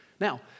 Now